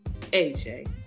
AJ